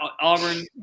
Auburn